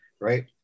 right